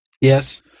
yes